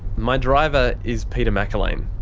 my driver, is peter mcerlain.